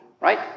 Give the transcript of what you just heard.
right